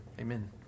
amen